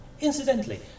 Incidentally